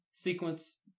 Sequence